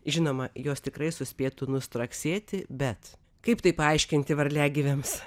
žinoma jos tikrai suspėtų nustraksėti bet kaip tai paaiškinti varliagyviams